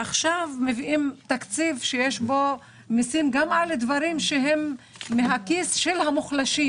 עכשיו מביאים תקציב שיש בו מיסים גם על דברים שהם מהכיס של המוחלשים.